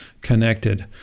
connected